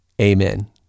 Amen